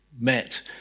Met